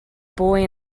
boy